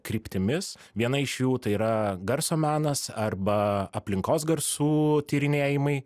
kryptimis viena iš jų tai yra garso menas arba aplinkos garsų tyrinėjimai